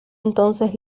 entonces